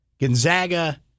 Gonzaga